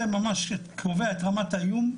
שקובע את רמת האיום,